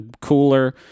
cooler